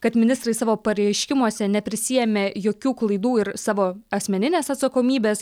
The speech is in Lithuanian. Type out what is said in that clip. kad ministrai savo pareiškimuose neprisiėmė jokių klaidų ir savo asmeninės atsakomybės